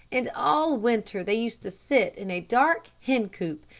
and all winter they used to sit in a dark hencoop,